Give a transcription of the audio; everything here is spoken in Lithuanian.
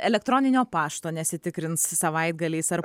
elektroninio pašto nesitikrins savaitgaliais ar